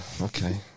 Okay